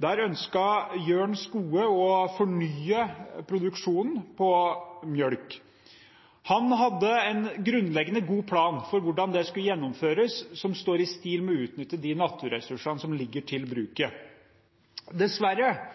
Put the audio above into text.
Der ønsket Jørn Skoe å fornye produksjonen på melk. Han hadde en grunnleggende god plan for hvordan det skulle gjennomføres, som står i stil med å utnytte de naturressursene som ligger til bruket. Dessverre